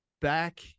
back